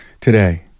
today